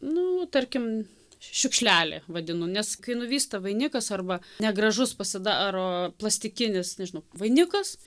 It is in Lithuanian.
nu tarkim šiukšlele vadinu nes kai nuvysta vainikas arba negražus pasidaro plastikinis nežinau vainikas